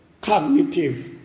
cognitive